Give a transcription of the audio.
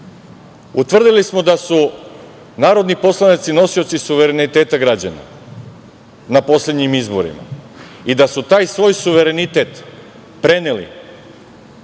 Utvrdili smo da su narodni poslanici nosioci suvereniteta građana na poslednjim izborima i da su taj svoj suverenitet preneli